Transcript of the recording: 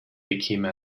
bekäme